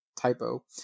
typo